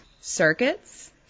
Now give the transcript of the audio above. circuits